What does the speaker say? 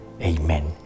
Amen